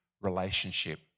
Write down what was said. relationship